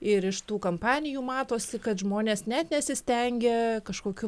ir iš tų kampanijų matosi kad žmonės net nesistengia kažkokiu